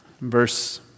Verse